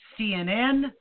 CNN –